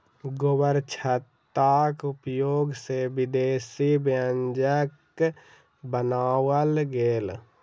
गोबरछत्ताक उपयोग सॅ विदेशी व्यंजनक बनाओल गेल